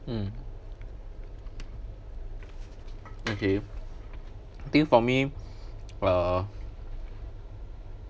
mm okay I think for me uh